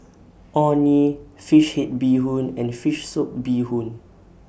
Orh Nee Fish Head Bee Hoon and Fish Soup Bee Hoon